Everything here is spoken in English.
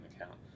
account